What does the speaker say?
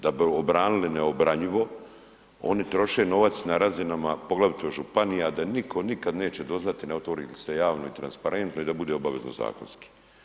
Da bi obranili neobranjivo oni troše novac na razinama, poglavito županija, da niko nikad neće doznati ne otvori li se javno i transparentno i da bude obavezno zakonski.